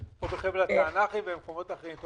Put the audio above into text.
או בחבל התענ"כים ובמקומות אחרים.